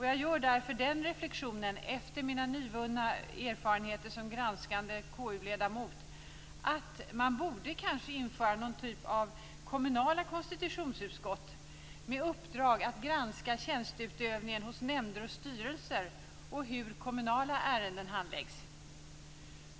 Jag gör därför den reflexionen, efter mina nyvunna erfarenheter som granskande KU-ledamot, att man kanske borde införa någon typ av kommunala konstitutionsutskott med uppdrag att granska tjänsteutövningen hos nämnder och styrelser och handläggningen av kommunala ärenden.